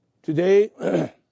Today